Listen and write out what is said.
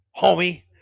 homie